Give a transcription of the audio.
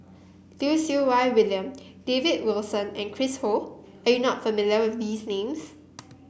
Lim Siew Wai William David Wilson and Chris Ho are you not familiar with these names